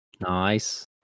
Nice